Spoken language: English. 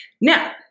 now